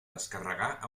descarregar